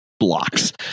blocks